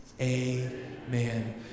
Amen